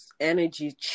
energy